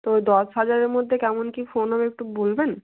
তো দশ হাজারের মধ্যে কেমন কী ফোন হবে একটু বলবেন